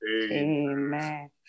Amen